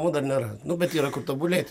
o dar nėra nu bet yra kur tobulėt